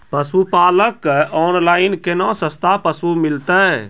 पशुपालक कऽ ऑनलाइन केना सस्ता पसु मिलतै?